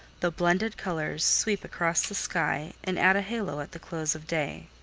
the blended colors sweep across the sky, and add a halo at the close of day.